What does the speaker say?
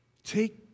Take